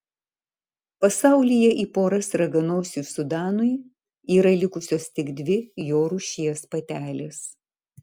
pasaulyje į poras raganosiui sudanui yra likusios tik dvi jo rūšies patelės